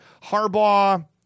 Harbaugh